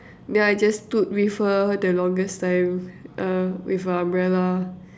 then I just stood with her the longest time uh with a umbrella